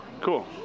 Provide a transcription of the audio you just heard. Cool